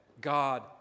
God